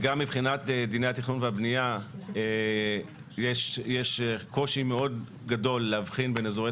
גם מבחינת דיני התכנון והבנייה יש קושי מאוד גדול להבחין בין איזורי